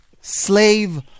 Slave